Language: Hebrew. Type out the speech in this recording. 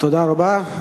תודה רבה.